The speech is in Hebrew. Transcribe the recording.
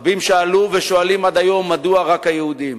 רבים שאלו ושואלים עד היום: מדוע רק היהודים?